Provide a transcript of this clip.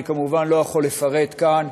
ואני כמובן לא יכול לפרט כאן,